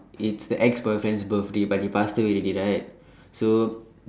it's the ex boyfriend's birthday but he passed away already right so